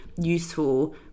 useful –